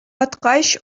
аткач